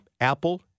Apple